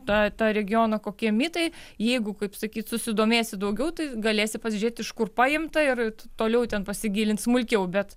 tą tą regioną kokie mitai jeigu kaip sakyt susidomėsi daugiau tai galėsi pasižiūrėt iš kur paimta ir toliau ten pasigilint smulkiau bet